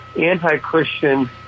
anti-Christian